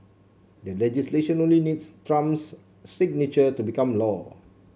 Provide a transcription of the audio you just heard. the legislation only needs Trump's signature to become law